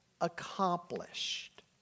accomplished